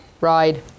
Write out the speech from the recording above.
ride